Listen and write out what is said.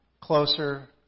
closer